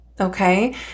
Okay